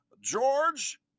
george